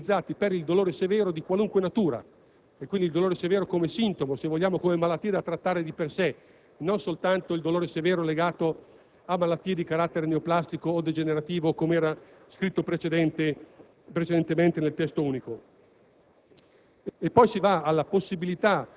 ma soprattutto si introduce il concetto che questi farmaci possano essere utilizzati per il dolore severo di qualunque natura, che viene quindi considerato come sintomo e malattia da trattare di per sé, e non soltanto per il dolore severo legato a malattie di carattere neoplastico o degenerativo, come era precedentemente